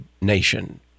nation